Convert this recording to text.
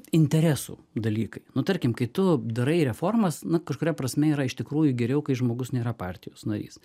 interesų dalykai nu tarkim kai tu darai reformas na kažkuria prasme yra iš tikrųjų geriau kai žmogus nėra partijos narys